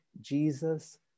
Jesus